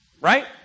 Right